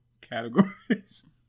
categories